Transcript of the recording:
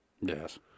Yes